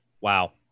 Wow